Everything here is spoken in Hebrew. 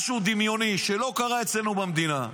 משהו דמיוני שלא קרה אצלנו במדינה,